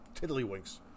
Tiddlywinks